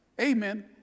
Amen